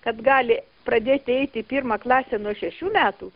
kad gali pradėti eiti į pirmą klasę nuo šešių metų